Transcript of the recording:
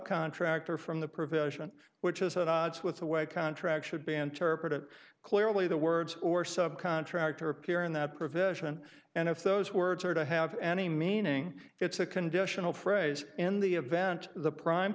contractor from the provision which is at odds with the way a contract should be interpreted clearly the words or subcontractor appear in that provision and if those words are to have any meaning it's a conditional phrase in the event the prime